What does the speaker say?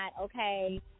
okay